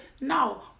no